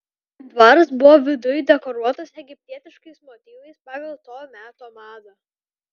dvaras buvo viduj dekoruotas egiptietiškais motyvais pagal to meto madą